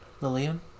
Lillian